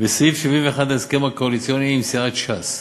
וסעיף 71 להסכם הקואליציוני עם סיעת ש"ס,